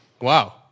Wow